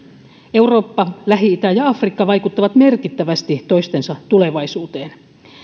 eurooppa lähi itä ja afrikka vaikuttavat merkittävästi toistensa tulevaisuuteen